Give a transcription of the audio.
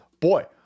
Boy